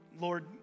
Lord